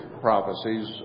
prophecies